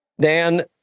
Dan